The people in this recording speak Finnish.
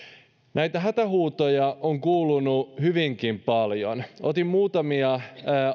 näitä hätähuutoja on kuulunut hyvinkin paljon otin muutamia